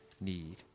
need